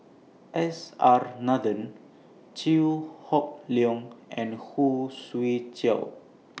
S R Nathan Chew Hock Leong and Who Swee Chiow